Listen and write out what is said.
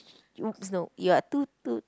!oops! no you are too too